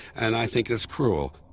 and i think it's cruel.